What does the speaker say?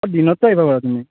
দিনতো আহিব পাৰা তুমি